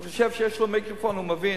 הוא חושב שיש לו מיקרופון, הוא מבין.